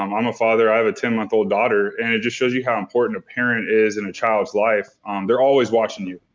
um um a father, i have a ten month old daughter and it just shows you how important a parent is in a child's life um they're always watching you,